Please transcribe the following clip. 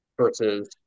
Versus